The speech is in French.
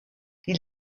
ils